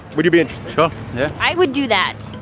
would you be sure. yeah i would do that.